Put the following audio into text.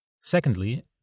Secondly